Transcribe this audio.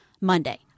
Monday